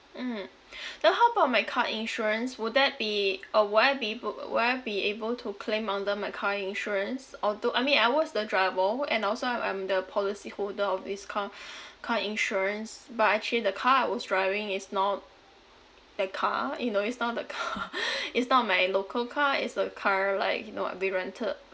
mm then how about my car insurance would that be uh would I be able would I be able to claim under my car insurance although I mean I was the driver and also I I'm the policyholder of this car car insurance but actually the car I was driving is not that car you know is not the car it's not my local car it's the car like you know we rented